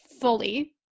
fully